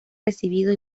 recibido